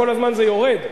כל הזמן זה יורד.